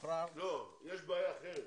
יש בעיה אחרת.